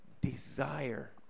desire